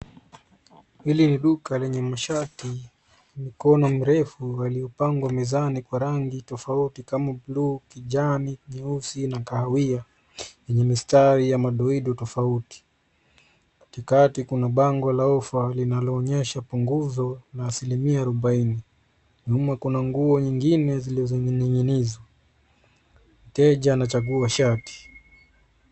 Hili ni duka lenye mshati mikono mirefu yaliyopangwa mezani kwa rangi tofauti kama bluu, kijani, nyeusi na kahawia yenye mistari ya madoido tofauti. Katikati kuna bango la ofa linaloonyesha punguzo na asilimia arubaini. Nyuma kuna nguo nyingine zilining'inizwa. Mteja anachagua shati.